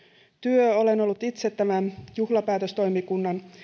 työ olen ollut itse tämän juhlapäätöstoimikunnan